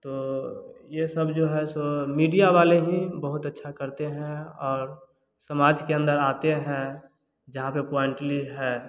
तो ये सब जो है सो मीडिया वाले ही बहुत अच्छा करते हैं और समाज के अंदर आते हैं जहाँ पे क्वाल्टली है